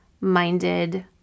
minded